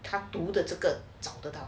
他读的这个找得到